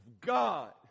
God